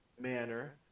manner